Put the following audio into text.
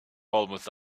almost